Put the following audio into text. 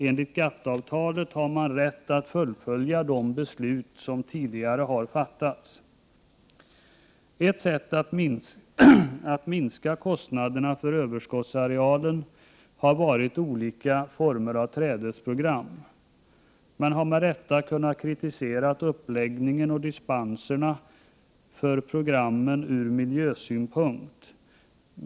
Enligt GATT-avtalet har man rätt att fullfölja de beslut som tidigare fattats. Ett sätt att minska kostnaderna för överskottsarealen har varit olika former av trädesprogram. Man har med rätta kunnat kritisera programmens uppläggning och dispenser ur miljösynpunkt.